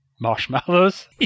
marshmallows